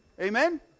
Amen